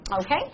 Okay